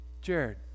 Jared